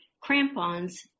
crampons